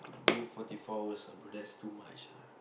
do forty four hours ah bro that's too much ah